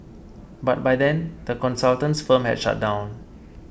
but by then the consultant's firm had shut down